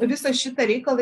visą šitą reikalą